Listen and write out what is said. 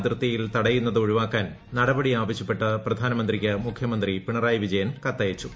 അതിർത്തിയിൽ തടയുന്നത് ഒഴിവാക്കാൻ നടപടി ആവശ്യപ്പെട്ട് പ്രധാനമന്ത്രിക്ക് മുഖ്യമന്ത്രി പിണറായി വിജയൻ കത്തയച്ചു